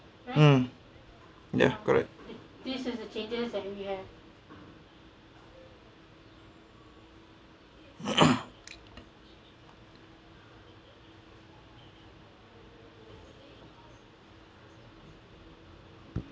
mm yeah correct